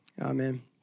amen